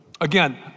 Again